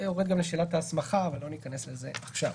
זה יורד גם לשאלת ההסמכה, אבל לא ניכנס לזה עכשיו.